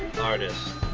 Artist